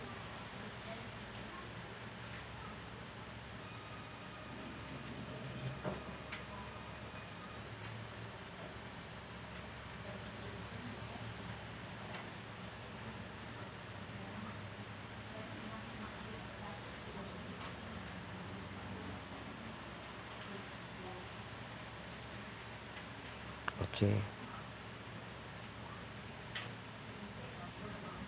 okay